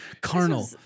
Carnal